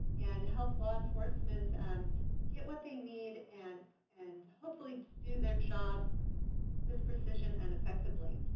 and help law enforcement get what they need and and hopefully do their job with precision and effectively.